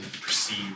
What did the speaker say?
perceive